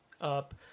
up